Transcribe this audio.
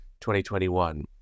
2021